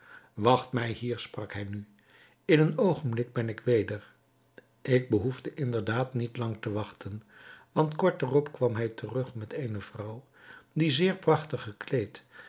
wacht mij hier sprak hij nu in een oogenblik ben ik weder bij u ik behoefde inderdaad niet lang te wachten want kort daarop kwam hij terug met eene vrouw die zeer prachtig gekleed